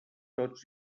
tots